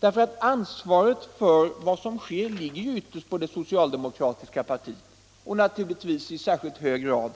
Nr 149 Ansvaret för vad som sker ligger ytterst på det socialdemokratiska partiet Fredagen den och naturligtvis i särskilt hög grad